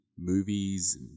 Movies